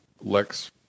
Lex